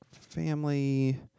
family